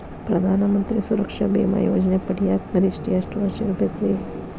ಪ್ರಧಾನ ಮಂತ್ರಿ ಸುರಕ್ಷಾ ಭೇಮಾ ಯೋಜನೆ ಪಡಿಯಾಕ್ ಗರಿಷ್ಠ ಎಷ್ಟ ವರ್ಷ ಇರ್ಬೇಕ್ರಿ?